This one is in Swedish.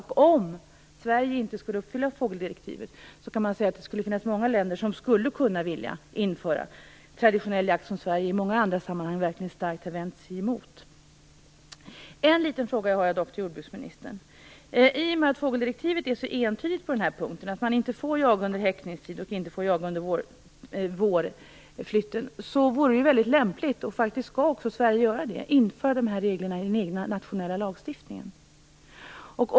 Om Sverige inte skulle uppfylla fågeldirektivet finns det många länder som skulle kunna vilja införa traditionell jakt, vilket Sverige i många andra sammanhang starkt har vänt sig emot. I och med att fågeldirektivet är så entydigt på denna punkt - att man inte får jaga under häckningstid och under vårflytten vore det lämpligt att införa dessa regler i den egna nationella lagstiftningen. Sverige skall faktiskt också göra det.